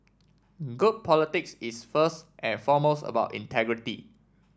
good politics is first and foremost about integrity